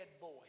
boy